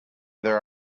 there